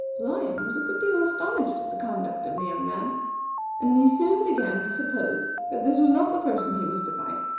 the lion was a good deal astonished at the conduct of the young man and he soon began to suppose that this was not the person he was to fight,